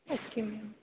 okay ma'am